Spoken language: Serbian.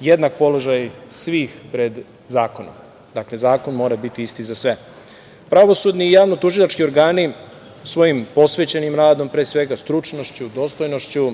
jednak položaj svih pred zakonom. Dakle, zakon mora biti isti za sve. Pravosudni i javnotužilački organi svojim posvećenim radom, pre svega, stručnošću, dostojnošću,